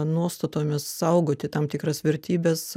nuostatomis saugoti tam tikras vertybes